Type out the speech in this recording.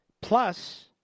Plus